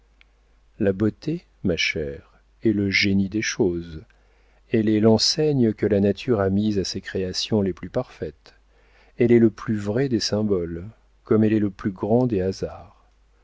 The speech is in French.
la beauté ma chère est le génie des choses elle est l'enseigne que la nature a mise à ses créations les plus parfaites elle est le plus vrai des symboles comme elle est le plus grand des hasards